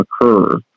occur